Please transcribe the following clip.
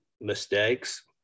mistakes